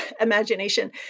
imagination